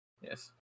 Yes